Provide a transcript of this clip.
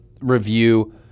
review